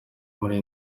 muri